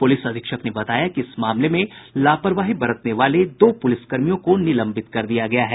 police अधीक्षक ने बताया कि इस मामले में लापरवाही बरतने वाले दो पुलिसकर्मियों को निलंबित कर दिया गया है